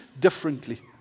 differently